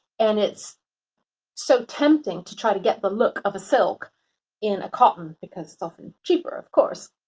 and it's so tempting to try to get the look of a silk in a cotton because it's often cheaper of course.